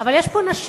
אבל יש נשים,